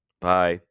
Bye